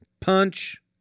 Punch